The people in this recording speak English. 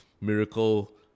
miracle